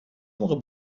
موقع